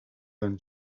than